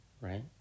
right